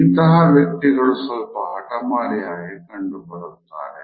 ಇಂತಹ ವ್ಯಕ್ತಿಗಳು ಸ್ವಲ್ಪ ಹಠಮಾರಿಯಾಗಿ ಕಂಡುಬರುತ್ತಾರೆ